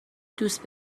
دوست